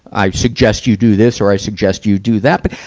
i suggest you do this or i suggest you do that. but,